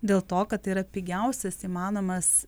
dėl to kad tai yra pigiausias įmanomas